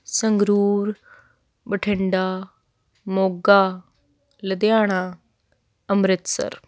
Sangrur Bathinda Moga Ludhiana Amritsar